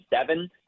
seven